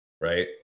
right